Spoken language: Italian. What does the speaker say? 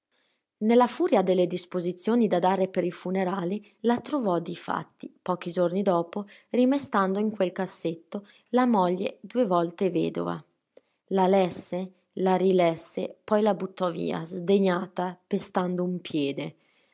nella furia delle disposizioni da dare per i funerali la trovò difatti pochi giorni dopo rimestando in quel cassetto la moglie due volte vedova la lesse la rilesse poi la buttò via sdegnata pestando un piede